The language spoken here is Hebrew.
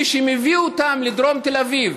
מי שמביא אותם לדרום תל אביב,